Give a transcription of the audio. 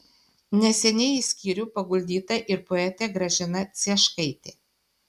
neseniai į skyrių paguldyta ir poetė gražina cieškaitė